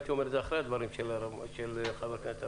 הייתי אומר את זה אחרי הדברים של חבר הכנסת ארבל: